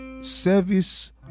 service